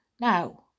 Now